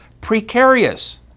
precarious